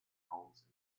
homes